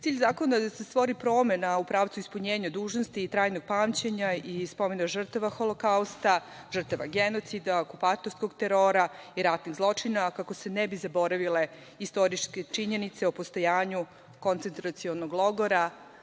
zakona je da se stvori promena u pravcu ispunjenja dužnosti i trajnog pamćenja i spomena žrtava Holokausta, žrtava genocida, okupatorskog terora i ratnih zločina kako se ne bi zaboravile istorijske činjenice o postojanju koncentracionog logora